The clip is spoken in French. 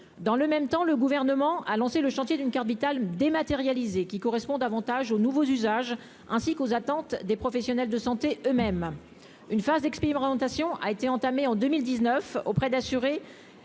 dans le même temps, le gouvernement a lancé le chantier d'une carte vitale dématérialisée qui correspond davantage aux nouveaux usages, ainsi qu'aux attentes des professionnels de santé eux-mêmes une phase expérimentation a été entamée en 2019 auprès d'assurés